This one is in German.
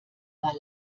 war